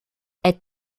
est